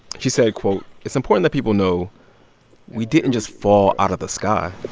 she said, quote, it's important that people know we didn't just fall out of the sky.